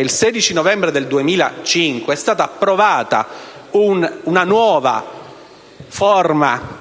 il 16 novembre 2005 è stata approvata una nuova forma